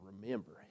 remember